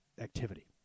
activity